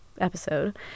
episode